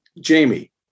Jamie